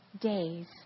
days